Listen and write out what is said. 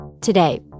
Today